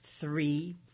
three